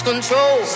Control